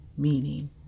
meaning